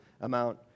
amount